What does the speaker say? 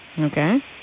Okay